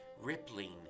rippling